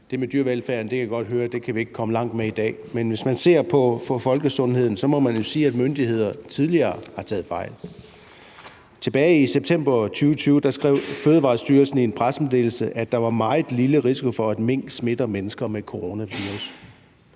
det med dyrevelfærden kan jeg godt høre vi ikke kan komme langt med i dag. Men hvis man ser på folkesundheden, må man jo sige, at myndigheder tidligere har taget fejl. Tilbage i september 2020 skrev Fødevarestyrelsen i en pressemeddelelse, at der var meget lille risiko for, at mink smitter mennesker med coronavirus,